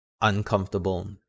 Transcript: uncomfortable